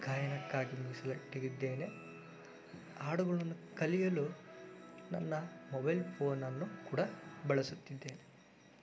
ಗಾಯನಕ್ಕಾಗಿ ಮೀಸಲಾಟ್ಟಿದ್ದೇನೆ ಹಾಡುಗಳನ್ನು ಕಲಿಯಲು ನನ್ನ ಮೊಬೈಲ್ ಫೋನನ್ನು ಕೂಡ ಬಳಸುತ್ತಿದ್ದೇನೆ